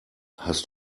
hast